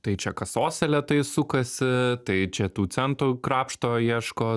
tai čia kasose lėtai sukasi tai čia tų centų krapšto ieško